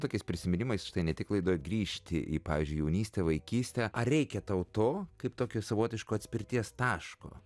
tokiais prisiminimais ne tik laidoj grįžti į pavyzdžiui jaunystę vaikystę ar reikia tau to kaip tokio savotiško atspirties taško